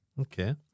Okay